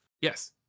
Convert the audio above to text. Yes